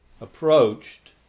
approached